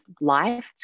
life